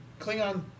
Klingon